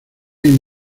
hay